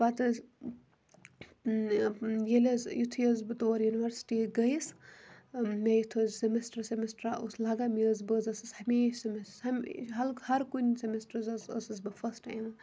پَتہِ حظ ییٚلہِ حظ یِتھُے حظ بہٕ تور یُنورسٹی گٔیَس مےٚ یُتھ حظ سیٚمسٹَر سیمسٹَرا اوس لَگَان مےٚ حظ بہٕ حظ ٲسٕس ہَمیشہ ہمیشہ ہَر کُنہِ سیمسٹرس ٲسٕس بہٕ فٕسٹ یِوان